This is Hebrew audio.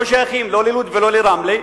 לא שייכים לא ללוד ולא לרמלה,